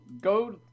go